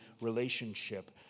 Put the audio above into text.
relationship